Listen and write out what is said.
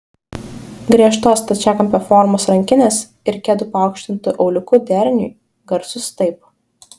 griežtos stačiakampio formos rankinės ir kedų paaukštintu auliuku deriniui garsus taip